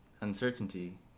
uncertainty